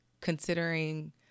considering